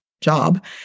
job